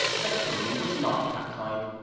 but tony was not that kind,